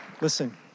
Listen